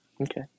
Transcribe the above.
Okay